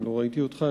לא ראיתי אותך.